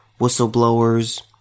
whistleblowers